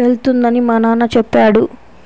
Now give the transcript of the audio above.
వెళ్తుందని మా నాన్న చెప్పాడు